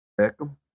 Beckham